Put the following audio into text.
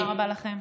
תודה רבה לכם.